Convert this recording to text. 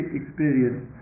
experience